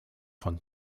von